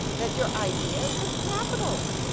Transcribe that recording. that your idea is capital,